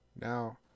Now